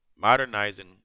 Modernizing